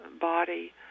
body